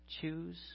Choose